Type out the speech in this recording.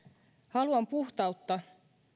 haluan puhtautta